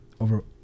over